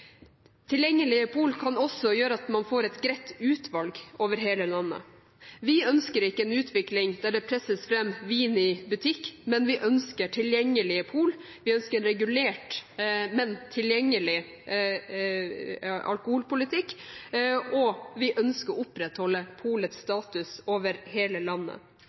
Tilgjengelige pol kan også gjøre at man får et greit utvalg over hele landet. Vi ønsker ikke en utvikling der det presses fram vin i butikk, men vi ønsker tilgjengelige pol. Vi ønsker en regulert, men tilgjengelig alkoholpolitikk, og vi ønsker å opprettholde polets status over hele landet.